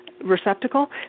receptacle